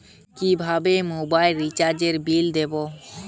কিভাবে মোবাইল রিচার্যএর বিল দেবো?